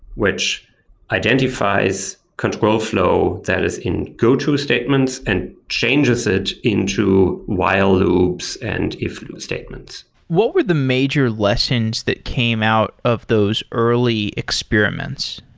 which identifies control flow that is in go-to statements and changes it into while loops and if statements. what were the major lessons that came out of those early experiments?